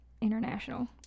international